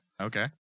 okay